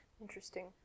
interesting